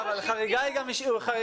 רגע, חריגה היא גם שיפור.